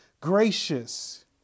gracious